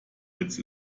jetzt